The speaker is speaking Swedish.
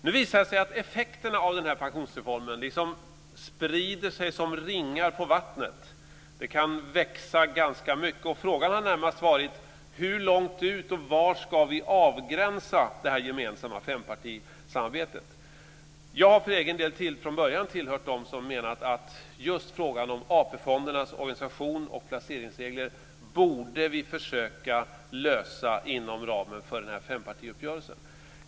Nu visar det sig att effekterna av denna pensionsreform sprider sig som ringar på vattnet. Det kan växa ganska mycket. Frågan har närmast varit var vi ska avgränsa detta gemensamma fempartisamarbete. Jag har för egen del från början tillhört dem som menat att vi borde försöka lösa just frågan om AP fondernas organisation och placeringsregler inom ramen för denna fempartiuppgörelse.